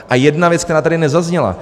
A jedna věc, která tady nezazněla.